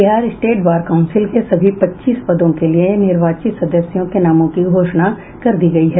Bihar state bar council के सभी पच्चीस पदों के लिये निर्वाचित सदस्यों के नामों की घोषणा कर दी गयी है